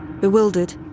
bewildered